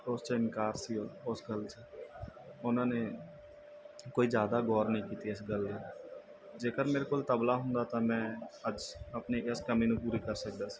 ਉਸ 'ਚ ਇਨਕਾਰ ਸੀ ਉਸ ਗੱਲ 'ਚ ਉਹਨਾਂ ਨੇ ਕੋਈ ਜ਼ਿਆਦਾ ਗੌਰ ਨਹੀਂ ਕੀਤੀ ਇਸ ਗੱਲ ਦੀ ਜੇਕਰ ਮੇਰੇ ਕੋਲ ਤਬਲਾ ਹੁੰਦਾ ਤਾਂ ਮੈਂ ਅੱਜ ਆਪਣੀ ਇਸ ਕਮੀ ਨੂੰ ਪੂਰੀ ਕਰ ਸਕਦਾ ਸੀ